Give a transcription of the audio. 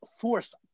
Force